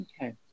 Okay